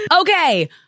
Okay